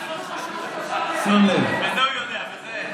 את זה הוא יודע.